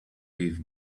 with